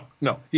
no